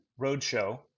Roadshow